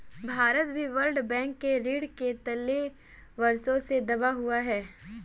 भारत भी World Bank के ऋण के तले वर्षों से दबा हुआ है